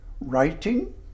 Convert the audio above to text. writing